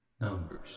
numbers